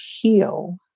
HEAL